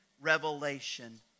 revelation